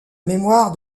mémoire